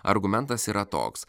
argumentas yra toks